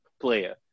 player